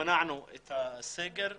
מבחינת תעסוקה